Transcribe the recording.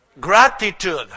Gratitude